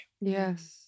Yes